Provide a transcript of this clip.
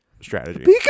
strategy